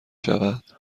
شود